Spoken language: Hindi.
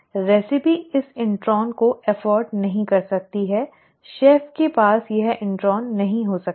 रेसिपी इस इंट्रॉन को अफ़ॉर्ड नहीं कर सकती है शेफ के पास यह इंट्रॉन नहीं हो सकता है